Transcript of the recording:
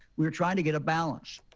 we're trying to get a balance.